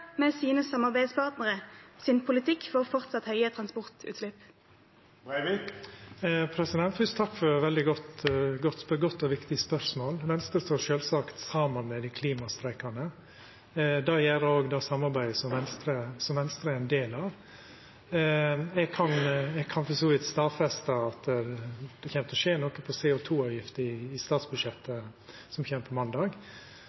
med sine samarbeidspartneres politikk for fortsatt høye transportutslipp? Fyrst: Takk for eit veldig godt og viktig spørsmål. Venstre står sjølvsagt saman med dei klimastreikande. Det gjer òg det samarbeidet som Venstre er ein del av. Eg kan for så vidt stadfesta at det kjem til å skje noko med CO2-avgifta på